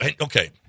Okay